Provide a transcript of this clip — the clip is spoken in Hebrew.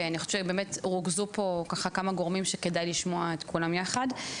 ואני חושבת שבאמת רוכזו פה ככה כמה גורמים שכדאי לשמוע את כולם יחד.